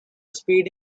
spade